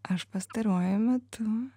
aš pastaruoju metu